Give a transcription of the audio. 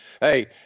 Hey